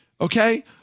Okay